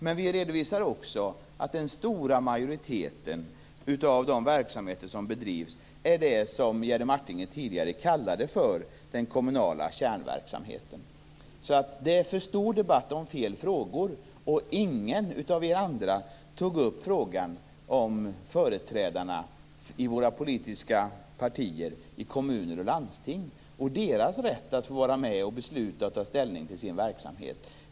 Men vi redovisar också att den stora majoriteten av de verksamheter som bedrivs är det som Jerry Martinger tidigare kallade för den kommunala kärnverksamheten. Det förs en för stor debatt om fel frågor. Ingen av er andra tog upp frågan om företrädarna i våra politiska partier i kommuner och landsting och deras rätt att få vara med och besluta om och ta ställning till sin verksamhet.